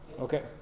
Okay